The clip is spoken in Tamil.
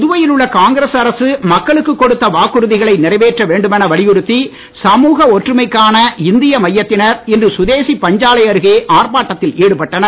புதுவையில் உள்ள காங்கிரஸ் அரசு மக்களக்குக் கொடுத்த வாக்குறுதிகளை நிறைவேற்ற வேண்டுமென வலியுறுத்தி சமூக ஒற்றுமைக்கான இந்திய மையத்தினர் இன்று சுதேசிப் பஞ்காலை அருகே ஆர்ப்பாட்டத்தில் ஈடுபட்டனர்